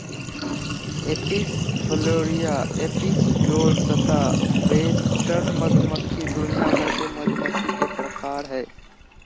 Apis florea, Apis dorsata, western मधुमक्खी दुनिया भर के मधुमक्खी के प्रकार हय